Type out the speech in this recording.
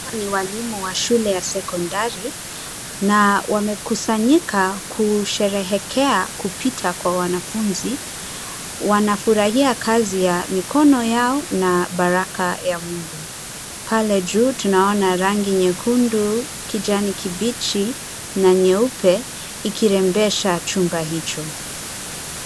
Hawa ni walimu wa shule ya sekondari na wamekusanyika kusherehekea kupita kwa wanafunzi. Wanafurahia kazi ya mikono yao na baraka ya Mungu. Pale juu tunaona rangi nyekundu, kijani kibichi na nyeupe ikirembesha chumba hicho.